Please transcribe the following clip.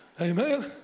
Amen